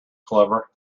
clever